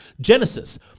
Genesis